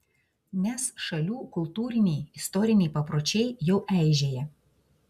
nes šalių kultūriniai istoriniai papročiai jau eižėja